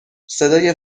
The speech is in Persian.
صدای